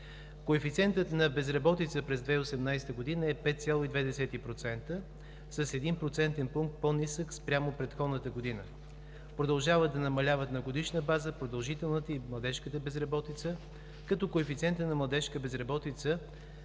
Коефициентът на безработица през 2018 г. е 5,2% – с един процентен пункт по-нисък спрямо предходната година. Продължават да намаляват на годишна база продължителната и младежката безработица, като коефициентът на младежката безработица